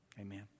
Amen